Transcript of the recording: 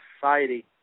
society